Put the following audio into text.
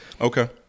Okay